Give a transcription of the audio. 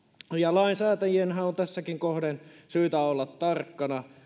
lainsäätäjien on tässäkin kohden syytä olla tarkkana